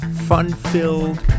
fun-filled